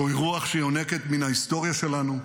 זוהי רוח שיונקת מן ההיסטוריה שלנו,